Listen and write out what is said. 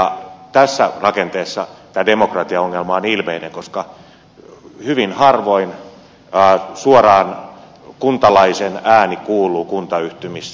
tässä rakenteessa tämä demokratiaongelma on ilmeinen koska hyvin harvoin suoraan kuntalaisen ääni kuuluu kuntayhtymissä